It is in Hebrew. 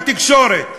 בתקשורת.